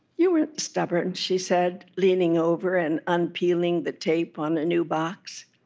you weren't stubborn she said, leaning over and unpeeling the tape on a new box.